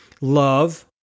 love